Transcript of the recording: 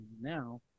now